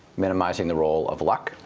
minimizing the role of luck.